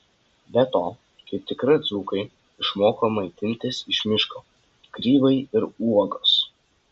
be to kaip tikri dzūkai išmoko maitintis iš miško grybai ir uogos